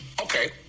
Okay